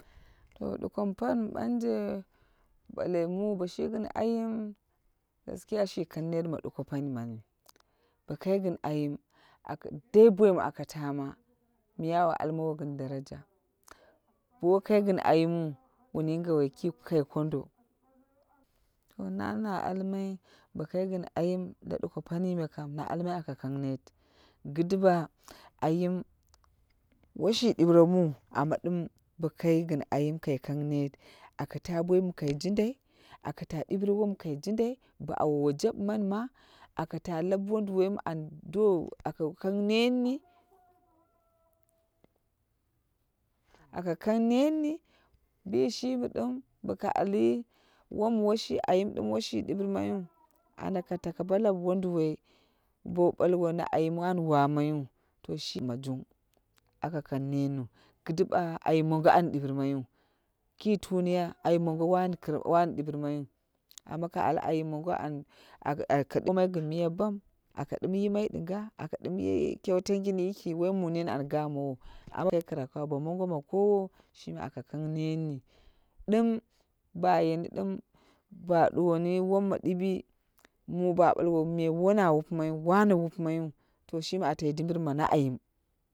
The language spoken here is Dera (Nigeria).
To duko pani mi ɓanje ɓale mu ba shi gin ayim gaskiya shi kan net ma duko pani mani. Bo kai gin ayim dai boi mi aka tama miya au almowo gin daraja. Bo woi kai gin ayim wu wun yinge we ki kai kondo. To nani na almai bo kai gin ayim la duko pan me kam na almai aka kan net. Ki duwa ayim woshi ɗiure mu amma dim bo kai gin ayim aka kang net. Aka ta boi mi kai jindai, aka ta ɗuire wom kai jindai. Bo awowo jabimani ma aka ta lau wonduwou mi aka kan netni. Aka kan netni. bi shimi dim boko ali wom shi ayim woshi dirimayu. ana ka tako bo lau wonduwoi bo balwo na ayun wan wamaiwu to shi yim jung aka kan netmu. Ki duwa ayi mongo wa dirimayiu. Ki tuniya ayim mongo wan dinmayu. Amma kai ayim mongo an aka bomai ko miya bam aka dim yimai dinga, aka dim ye kyauta yiki woi mu mini and gamowo wo kai kiraka, bo mongo ma kowo shimi aka kan netni dim bayeni dim ba duwoni woma diwi mu ba ɓalwo ne wona wupimai wu wane wupumai wu to atai dimbiri ma na ayim.